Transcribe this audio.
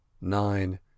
nine